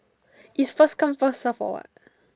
is first come first serve or what